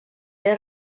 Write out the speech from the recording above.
era